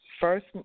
first